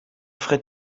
frais